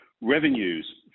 revenues